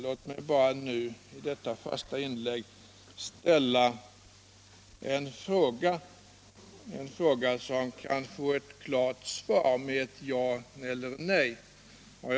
Låt mig bara nu i detta första inlägg ställa en fråga som kan få ett klart svar med ett ja eller ett nej.